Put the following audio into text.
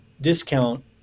discount